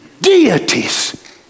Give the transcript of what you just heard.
Deities